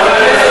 אני מודיע לכם,